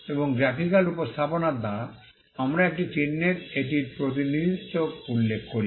এবং গ্রাফিকাল উপস্থাপনার দ্বারা আমরা একটি চিহ্নের এটির প্রতিনিধিত্ব উল্লেখ করি